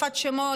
החלפת שמות,